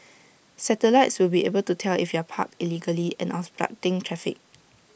satellites will be able to tell if you're parked illegally and obstructing traffic